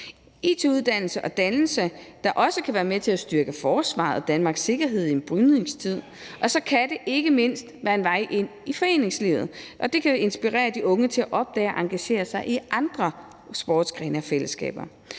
It-uddannelse og -dannelse kan også kan være med til at styrke forsvaret og Danmarks sikkerhed i en brydningstid, og så kan det ikke mindst være en vej ind i foreningslivet. Det kan inspirere de unge til at opdage og engagere sig i andre sportsgrene og fællesskaber.